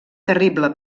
terrible